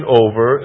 over